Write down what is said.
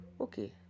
okay